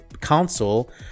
Council